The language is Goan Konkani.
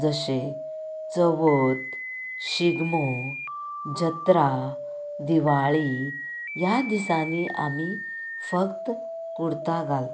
जशे चवथ शिगमो जत्रा दिवाळी ह्या दिसांनी आमी फक्त कुर्ता घालता